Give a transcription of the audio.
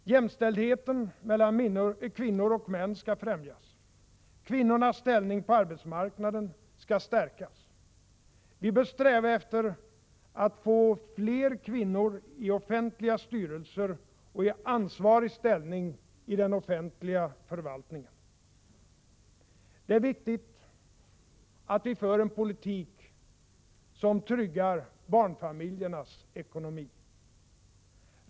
Jämställdheten mellan kvinnor och män skall främjas. Kvinnornas ställning på arbetsmarknaden skall stärkas. Vi bör sträva efter att få fler kvinnor i offentliga styrelser och i ansvarig ställning i den offentliga förvaltningen. Det är viktigt att vi för en politik som tryggar barnfamiljernas ekonomi.